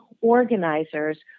organizers